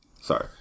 sorry